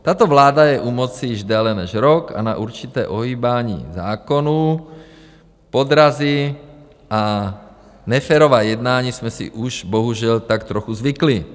Tato vláda je u moci již déle než rok a na určité ohýbání zákonů, podrazy a na neférové jednání jsme si už bohužel tak trochu zvykli.